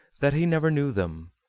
that he never knew them,